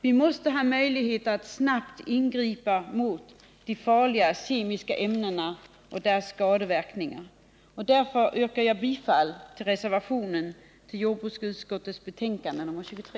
Vi måste ha möjlighet att snabbt ingripa mot de farliga kemiska ämnena och deras skadeverkningar. Därför yrkar jag bifall till reservationen som är fogad vid jordbruksutskottets betänkande nr 23.